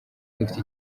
dufite